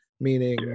meaning